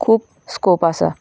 खूब स्कोप आसा